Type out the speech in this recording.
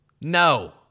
No